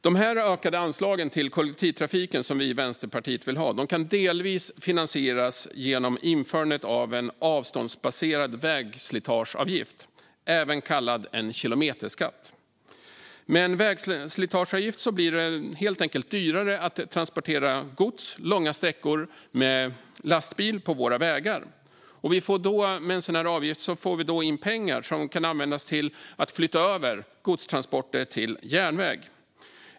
De ökade anslag till kollektivtrafiken som vi i Vänsterpartiet vill ha kan delvis finansieras genom införandet av en avståndsbaserad vägslitageavgift, även kallad kilometerskatt. Med en vägslitageavgift blir det helt enkelt dyrare att transportera gods långa sträckor med lastbil på våra vägar. Vi får då in pengar som kan användas till att flytta över godstransporter till järnväg.